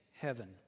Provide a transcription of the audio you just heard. heaven